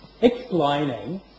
explaining